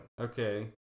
Okay